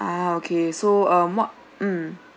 ah okay so um what mm